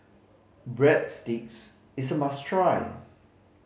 breadsticks is a must try